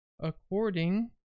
according